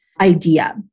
idea